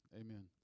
Amen